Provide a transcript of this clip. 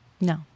No